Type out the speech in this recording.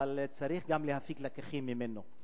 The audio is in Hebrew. צריך גם להפיק לקחים ממנו.